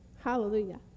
Hallelujah